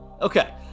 Okay